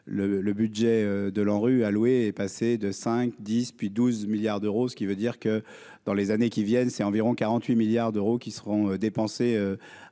le budget de l'ANRU a loué, est passé de 5 10 puis 12 milliards d'euros, ce qui veut dire que dans les années qui viennent, c'est environ 48 milliards d'euros qui seront dépensés